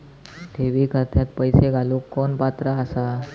ठेवी खात्यात पैसे घालूक कोण पात्र आसा?